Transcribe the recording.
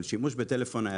אבל שימוש בטלפון נייד,